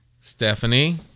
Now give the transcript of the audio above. stephanie